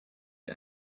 wie